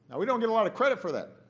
we don't get a lot of credit for that.